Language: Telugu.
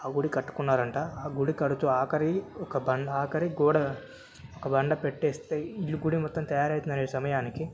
ఆ గుడి కట్టుకున్నాడంట ఆ గుడి కడుతూ ఆఖరి ఒక బండ ఆఖరి గోడ ఒక బండ పెట్టేస్తే ఈ గుడి మొత్తం తయారయితుందనే సమయానికి